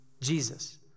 Jesus